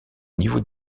niveau